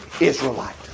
Israelite